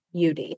Ud